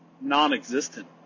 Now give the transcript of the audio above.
non-existent